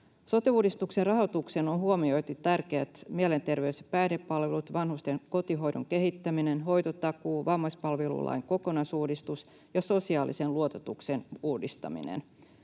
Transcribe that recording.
Sote-uudistuksen rahoituksessa on huomioitu tärkeät mielenterveys- ja päihdepalvelut, vanhusten kotihoidon kehittäminen, hoitotakuu, vammaispalvelulain kokonaisuudistus ja sosiaalisen luototuksen uudistaminen.